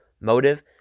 motive